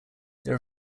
there